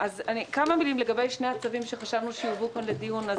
כמה מילים לגבי שני הצווים שחשבנו שיובאו כאן לדיון.